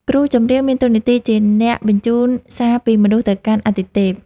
គ្រូចម្រៀងមានតួនាទីជាអ្នកបញ្ជូនសារពីមនុស្សទៅកាន់អាទិទេព។